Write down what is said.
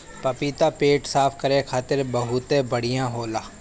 पपीता पेट साफ़ करे खातिर बहुते बढ़िया होला